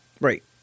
Right